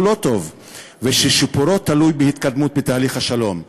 לא טוב וששיפורו תלוי בהתקדמות בתהליך השלום.